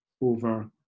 over